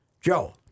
Joe